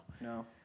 no